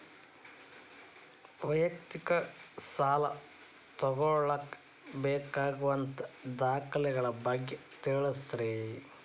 ವೈಯಕ್ತಿಕ ಸಾಲ ತಗೋಳಾಕ ಬೇಕಾಗುವಂಥ ದಾಖಲೆಗಳ ಬಗ್ಗೆ ತಿಳಸ್ರಿ